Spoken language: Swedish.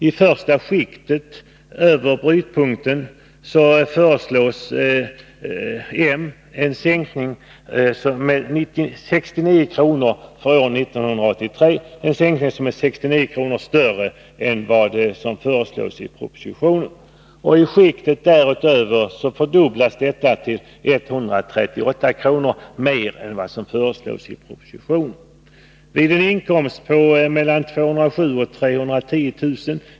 I första skiktet därefter föreslår moderaterna en sänkning, som för år 1983 är 69 kr. större än den som föreslås i propositionen. Vid nästa skikt fördubblas detta belopp till 138 kr. utöver vad som föreslås i propositionen. Vid en inkomst på 207 000-310 000 kr.